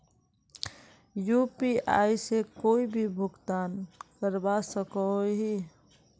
UPI से कोई भी भुगतान करवा सकोहो ही?